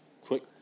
quick